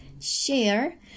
share